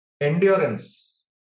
endurance